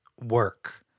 work